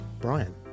Brian